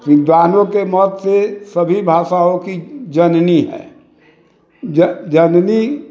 विद्वानोके मध्य सभी भाषाओं की जननी है जननी